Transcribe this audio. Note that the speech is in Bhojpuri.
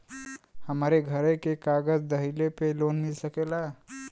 हमरे घरे के कागज दहिले पे लोन मिल सकेला?